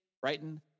Brighton